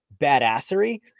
badassery